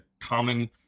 common